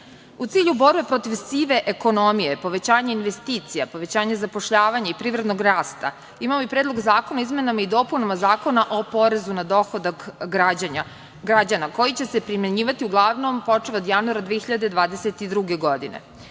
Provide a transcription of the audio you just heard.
cilju borbe protiv sive ekonomije, povećanje investicija, povećanje zapošljavanja i privrednog rasta, imamo i Predlog zakona o izmenama i dopunama Zakona o porezu na dohodak građana koji će se primenjivati uglavnom počev od januara 2022. godine. Pre